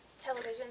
Television